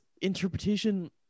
interpretation